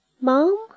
Mom